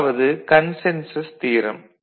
முதலாவது consensus theorem